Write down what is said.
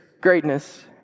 greatness